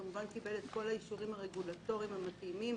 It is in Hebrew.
הוא קיבל את כל האישורים הרגולטורים המתאימים.